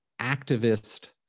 activist